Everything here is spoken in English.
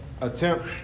attempt